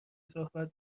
صحبت